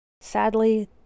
Sadly